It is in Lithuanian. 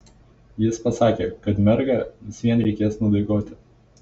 jis pasakė kad mergą vis vien reikės nudaigoti